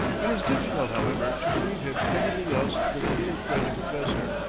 it is difficult, however, to believe him anything else than a little french professor,